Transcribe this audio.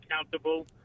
accountable